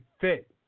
fit